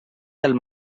del